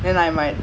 okay lah